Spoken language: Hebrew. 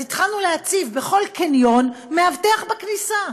אז התחלנו להציב בכל קניון מאבטח בכניסה,